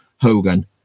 Hogan